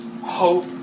hope